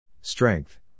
Strength